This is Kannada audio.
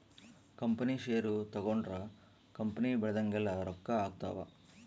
ಕಂಪನಿ ಷೇರು ತಗೊಂಡ್ರ ಕಂಪನಿ ಬೆಳ್ದಂಗೆಲ್ಲ ರೊಕ್ಕ ಆಗ್ತವ್